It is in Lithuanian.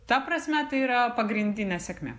ta prasme tai yra pagrindinė sėkmė